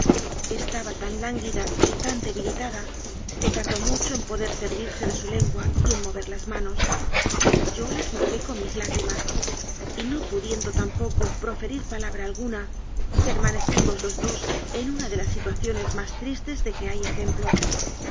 estaba tan lánguida y tan debilita da que tardó mucho en poder servirse de su len gua y en mover las manos yo las mojé con mis lágrimas y no pudiendo tampoco proferir palabra alguna permanecimos los dos en una de las si tuaciones más tristes de que hay ejemplo